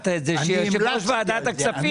שיושב-ראש ועדת הכספים.